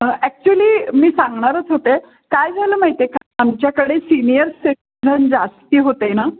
actually मी सांगणारच होते काय झालं माहिती आहे का आमच्याकडे सिनियर सिटिझन जास्त होते ना